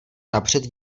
napřed